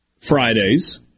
Friday's